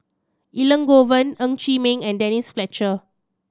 Elangovan Ng Chee Meng and Denise Fletcher